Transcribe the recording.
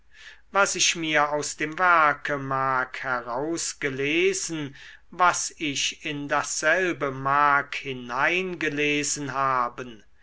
was ich mir aus dem werke mag herausgelesen was ich in dasselbe mag hineingelesen haben